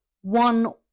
one